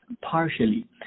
partially